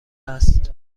است